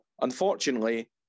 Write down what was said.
unfortunately